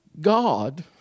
God